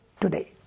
today